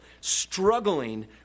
struggling